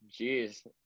Jeez